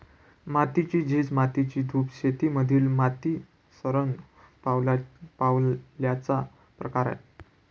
मातीची झीज, जमिनीची धूप शेती मधील माती शरण पावल्याचा प्रकार आहे